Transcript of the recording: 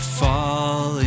fall